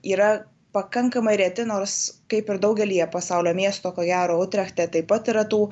yra pakankamai reti nors kaip ir daugelyje pasaulio miestų ko gero utrechte taip pat yra tų